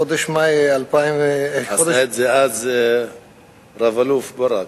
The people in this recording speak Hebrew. בחודש מאי, עשה את זה רב-אלוף ברק.